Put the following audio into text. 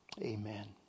Amen